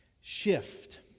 shift